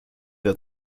der